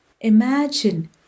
imagine